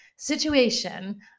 situation